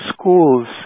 schools